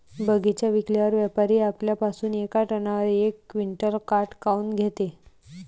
बगीचा विकल्यावर व्यापारी आपल्या पासुन येका टनावर यक क्विंटल काट काऊन घेते?